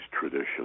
traditions